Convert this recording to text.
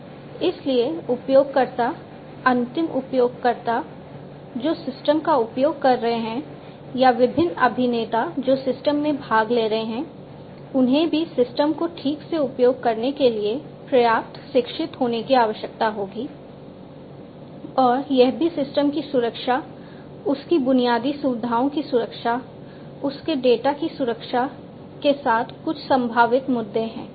इसलिए उपयोगकर्ता अंतिम उपयोगकर्ता जो सिस्टम का उपयोग कर रहे हैं या विभिन्न अभिनेता जो सिस्टम में भाग ले रहे हैं उन्हें भी सिस्टम को ठीक से उपयोग करने के लिए पर्याप्त शिक्षित होने की आवश्यकता होगी और यह कि सिस्टम की सुरक्षा उसकी बुनियादी सुविधाओं की सुरक्षा उसके डेटा की सुरक्षा के साथ कुछ संभावित मुद्दे हैं